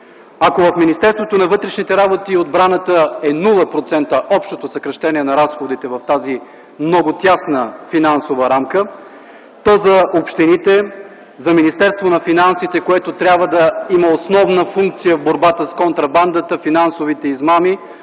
Ако в Министерството на вътрешните работи и в Министерството на отбраната общото съкращение на разходите в тази много тясна финансова рамка е 0%, то в общините, за Министерството на финансите, което трябва да има основна функция в борбата с контрабандата и финансовите измами,